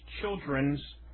Children's